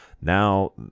now